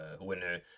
winner